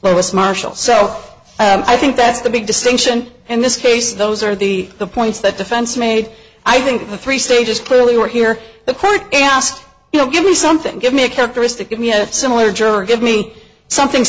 lois marshall self i think that's the big distinction in this case those are the points that defense made i think the three stages clearly were here the court and ask you know give me something give me a characteristic give me a similar juror give me something